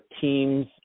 teams